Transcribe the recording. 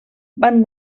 van